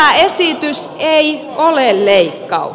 tämä esitys ei ole leikkaus